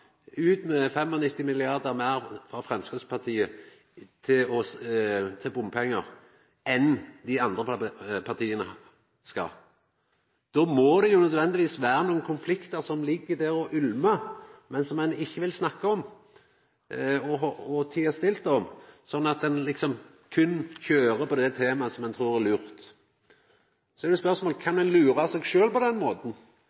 ut med 95 mrd. kr meir enn dei andre partia, bompengar inkludert. Då må det nødvendigvis vera nokre konfliktar som ligg der og ulmar, men som han ikkje vil snakka om og teier stille om, og at han berre køyrer på det temaet som ein trur er lurt. Så er spørsmålet om han kan lura seg sjølv på den måten? Kan det